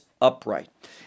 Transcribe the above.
upright